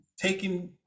taking